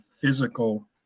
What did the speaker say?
physical